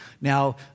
Now